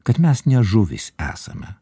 kad mes ne žuvys esame